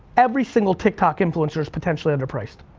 every single tiktok influencer is potentially under priced.